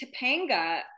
topanga